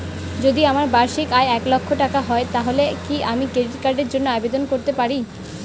যদি আমার বার্ষিক আয় এক লক্ষ টাকা হয় তাহলে কি আমি ক্রেডিট কার্ডের জন্য আবেদন করতে পারি?